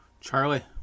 Charlie